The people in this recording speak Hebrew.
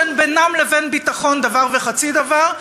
שאין בינן לבין ביטחון דבר וחצי דבר,